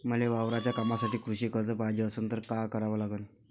मले वावराच्या कामासाठी कृषी कर्ज पायजे असनं त काय कराव लागन?